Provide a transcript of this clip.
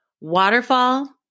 waterfall